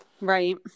right